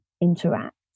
interact